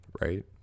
Right